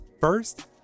First